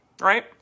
right